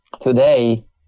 today